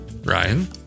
Ryan